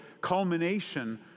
culmination